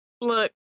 look